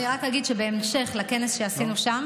אני רק אגיד שבהמשך לכנס שעשינו שם,